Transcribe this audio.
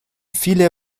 viele